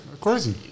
crazy